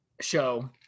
show